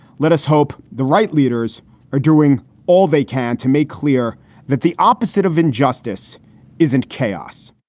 let us hope the right leaders are doing all they can to make clear that the opposite of injustice isn't chaos